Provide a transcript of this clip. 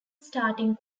starting